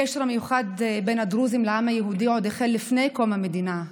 הקשר המיוחד בין הדרוזים לעם היהודי החל עוד לפני קום המדינה.